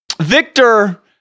Victor